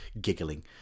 giggling